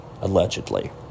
allegedly